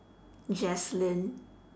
jacelyn